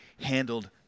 handled